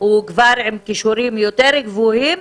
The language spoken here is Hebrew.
הוא כבר עם כישורים יותר גבוהים